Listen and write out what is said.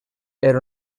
era